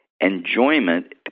enjoyment